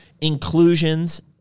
inclusions